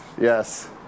yes